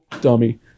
dummy